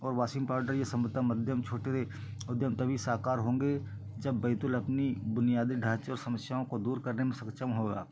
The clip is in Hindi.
और वाशिंग पाउडर यह सबमता मध्यम छोटे थे उद्यम तभी साकार होंगे जब बैतूल अपनी बुनियादी ढाँचे और समस्याओं को दूर करने में सक्षम होगा